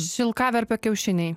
šilkaverpio kiaušiniai